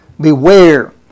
Beware